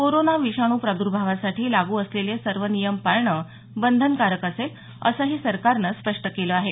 corona विषाणू प्रादुर्भावासाठी लागू असलेले सर्व नियम पाळणं बंधनकारक असेल असंही सरकारनं स्पष्ट केलं आहे